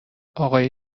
اقای